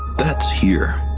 that's here.